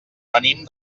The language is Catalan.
venim